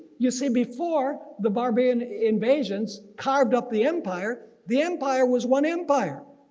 you see before the barbarian invasions carved up the empire the empire was one empire,